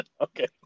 Okay